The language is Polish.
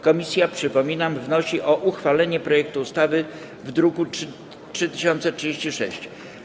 Komisja, przypominam, wnosi o uchwalenie projektu ustawy z druku nr 3036.